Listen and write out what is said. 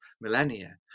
millennia